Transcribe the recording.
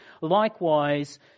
likewise